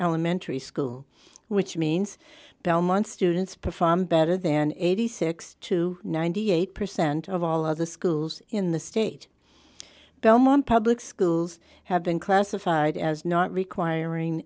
elementary school which means belmont students perform better than eighty six to ninety eight percent of all other schools in the state belmont public schools have been classified as not requiring